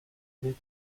гээд